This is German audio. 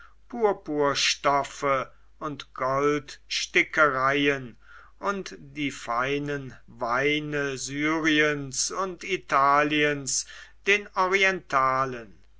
purpurstoffe und goldstickereien und die feinen weine syriens und italiens den orientalen